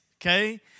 okay